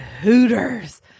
Hooters